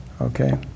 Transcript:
Okay